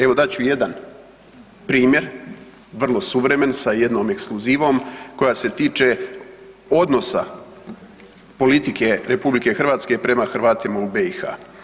Evo dat ću jedan primjer, vrlo suvremen sa jednom ekskluzivom koja se tiče odnosa politike RH prema Hrvatima u BiH.